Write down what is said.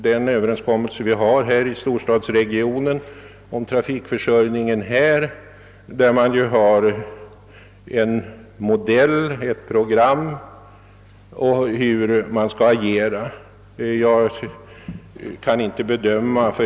Den överenskommelse som träffats beträffande trafikförsörjningen i storstockholmsregionen kanske kan tjäna som ett mönster för hur man skall agera.